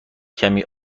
کمی